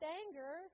anger